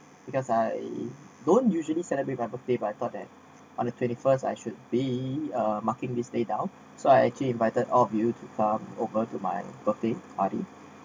because I don't usually celebrate my birthday but I thought that on the twenty first I should be a marking the stay down so I actually invited all of you to come over to my birthday party